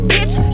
Bitch